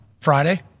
Friday